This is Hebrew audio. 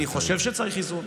אני חושב שצריך איזון.